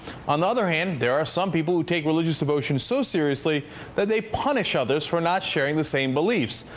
on the other hand, there are some people who take religious devotion so seriously that they punish others for not sharing the same beliefs.